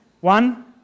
One